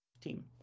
team